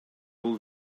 бул